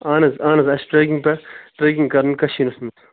اَہَن حظ اَہَن حظ اَسہِ چھِ ٹرٛیکِنٛگ پٮ۪ٹھ ٹرٛیکِنٛگ کَرٕنۍ کٔشیٖرس منٛز